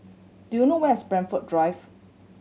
do you know where is Blandford Drive